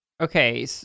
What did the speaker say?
Okay